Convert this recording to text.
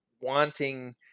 wanting